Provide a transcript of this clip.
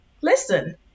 Listen